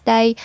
Day